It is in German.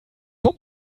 vom